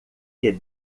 que